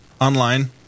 online